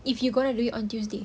if you gonna do it on tuesday